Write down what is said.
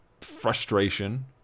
frustration